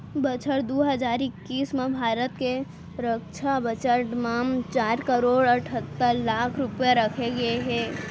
बछर दू हजार इक्कीस म भारत के रक्छा बजट म चार करोड़ अठत्तर लाख रूपया रखे गए हे